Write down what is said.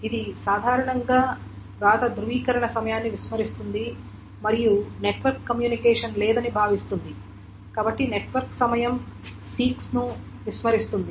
ఇది సాధారణంగా వ్రాత ధృవీకరణ సమయాన్ని విస్మరిస్తుంది మరియు నెట్వర్క్ కమ్యూనికేషన్ లేదని భావిస్తుంది కాబట్టి నెట్వర్క్ సమయం సీక్స్ ను విస్మరిస్తుంది